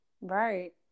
right